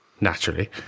Naturally